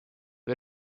või